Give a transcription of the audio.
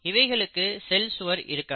இவைகளுக்கு செல் சுவர் இருக்காது